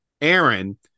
Aaron